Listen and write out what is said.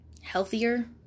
healthier